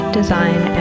design